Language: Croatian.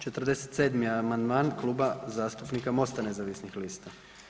47. amandman Kluba zastupnika MOST-a nezavisnih lista.